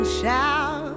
shout